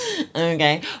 Okay